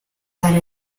para